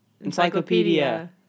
Encyclopedia